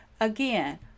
Again